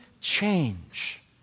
change